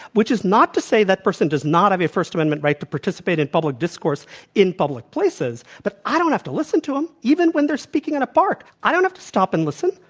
which is not to say that person does not have a first amendment right to participate in public discourse in public places, but i don't have to listen to them. even when they're speaking at a park. i don't have to stop and listen.